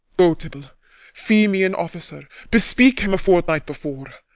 go, tubal, fee me an officer bespeak him a fortnight before.